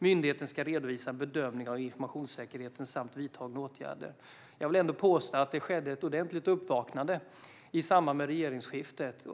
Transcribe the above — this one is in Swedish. Myndigheten ska redovisa en bedömning av informationssäkerheten samt vidtagna åtgärder. Jag vill ändå påstå att det skedde ett ordentligt uppvaknande i samband med regeringsskiftet.